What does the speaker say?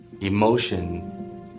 emotion